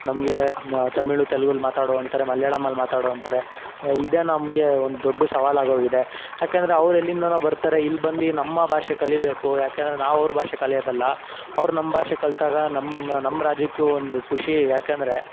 ನಮಗೆ ತಮಿಳ್ ತೆಲುಗಲ್ಲಿ ಮಾತಾಡು ಅಂತಾರೆ ಮಲಯಾಳಮ್ಮಲ್ಲಿ ಮಾತಾಡು ಅಂತಾರೆ ಇದೇ ನಮಗೆ ಒಂದು ದೊಡ್ಡ ಸವಾಲಾಗೋಗಿದೆ ಯಾಕಂದರೆ ಅವ್ರು ಎಲ್ಲಿಂದನೋ ಬರ್ತಾರೆ ಇಲ್ಲಿ ಬಂದು ನಮ್ಮ ಭಾಷೆ ಕಲಿಯಬೇಕು ಯಾಕಂದ್ರೆ ನಾವು ಅವ್ರ ಭಾಷೆ ಕಲಿಯೋದಲ್ಲ ಅವ್ರು ನಮ್ಮ ಭಾಷೆ ಕಲಿತಾಗ ನಮ್ಮ ನಮ್ಮ ರಾಜ್ಯಕ್ಕೂ ಒಂದು ಖುಷಿ ಯಾಕಂದರೆ